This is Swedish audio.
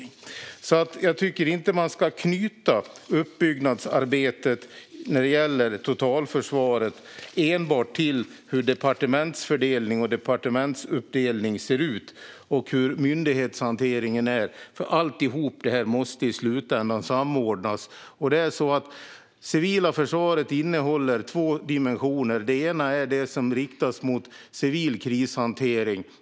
Jag tycker alltså inte att man ska knyta uppbyggnadsarbetet när det gäller totalförsvaret enbart till hur departementsfördelning och departementsuppdelning ser ut eller till hur myndighetshanteringen ser ut, för allt detta måste i slutändan samordnas. Det civila försvaret innehåller två dimensioner. Den ena är det som riktas mot civil krishantering.